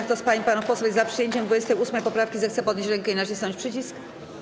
Kto z pań i panów posłów jest za przyjęciem 28. poprawki, zechce podnieść rękę i nacisnąć przycisk.